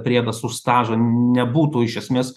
priedas už stažą nebūtų iš esmės